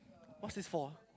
what's this for ah